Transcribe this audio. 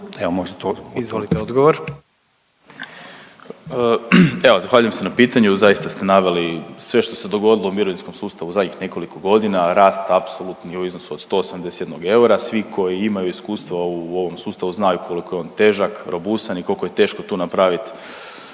odgovor. **Vidiš, Ivan** Evo zahvaljujem se na pitanju. Zaista ste naveli sve što se dogodilo u mirovinskom sustavu u zadnjih nekoliko godina, rast apsolutni u iznosu od 181 eura, svi koji imaju iskustva u ovom sustavu, znaju koliko je on težak, robustan i koliko je teško tu napravit